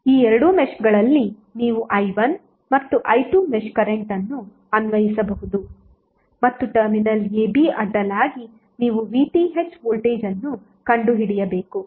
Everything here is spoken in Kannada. ಈ ಎರಡು ಮೆಶ್ಗಳಲ್ಲಿ ನೀವು i1 ಮತ್ತು i2 ಮೆಶ್ ಕರೆಂಟ್ ಅನ್ನು ಅನ್ವಯಿಸಬಹುದು ಮತ್ತು ಟರ್ಮಿನಲ್ ab ಅಡ್ಡಲಾಗಿ ನೀವು VTh ವೋಲ್ಟೇಜ್ ಅನ್ನು ಕಂಡುಹಿಡಿಯಬೇಕು